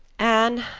anne,